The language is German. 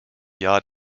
jahr